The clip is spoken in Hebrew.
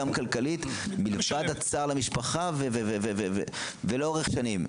גם כלכלית מלבד הצער למשפחה ולאורך שנים.